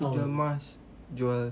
aku jual masks jual